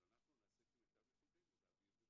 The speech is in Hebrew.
אבל אנחנו נעשה כמיטב יכולתנו להביא את זה